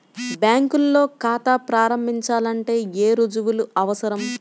బ్యాంకులో ఖాతా ప్రారంభించాలంటే ఏ రుజువులు అవసరం?